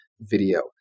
video